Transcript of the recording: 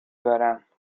برم